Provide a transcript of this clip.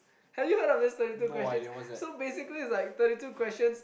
have you heard of this thirty two questions so basically like thirty two questions